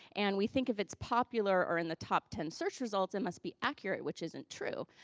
and we think if it's popular or in the top ten search results, it must be accurate. which isn't true.